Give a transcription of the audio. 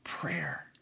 prayer